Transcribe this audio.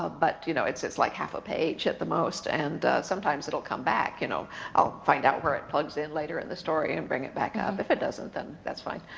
ah but you know it's it's like half a page at the most. and sometimes it'll come back, you know i'll find out where it plugs in later in the story and bring it back up. if it doesn't, that's fine.